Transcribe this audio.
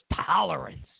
tolerance